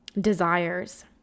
desires